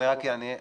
אני רק אענה.